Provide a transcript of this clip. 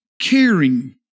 caring